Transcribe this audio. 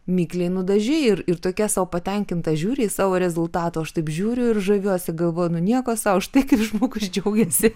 mikliai nudažei ir ir tokia sau patenkinta žiūri į savo rezultatą aš taip žiūriu ir žaviuosi galvojau nu nieko sau štai kaip žmogus džiaugiasi